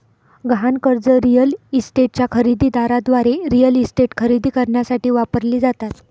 गहाण कर्जे रिअल इस्टेटच्या खरेदी दाराद्वारे रिअल इस्टेट खरेदी करण्यासाठी वापरली जातात